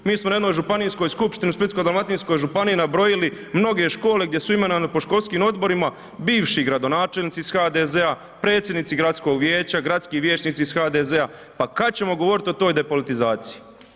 Mi smo na jednoj županijskoj skupštini u Splitsko-dalmatinskoj županiji nabrojili mnoge škole gdje su imenovani po školskim odborima bivši gradonačelnici iz HDZ-a, predsjednici gradskog vijeća, gradski vijećnici iz HDZ-a pa kada ćemo govoriti o toj depolitizaciji?